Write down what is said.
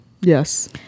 Yes